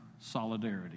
solidarity